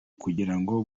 kugirango